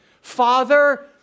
Father